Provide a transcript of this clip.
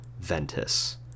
Ventus